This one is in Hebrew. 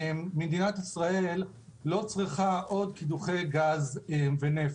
מדינת ישראל לא צריכה עוד קידוחי גז ונפט,